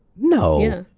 no!